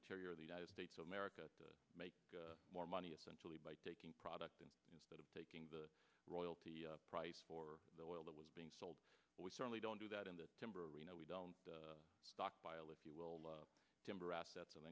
interior of the united states of america to make more money essentially by taking product and instead of taking the royalty price for the oil that was being sold we certainly don't do that in the timber we know we don't stockpile if you will timber assets and